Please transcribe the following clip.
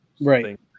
Right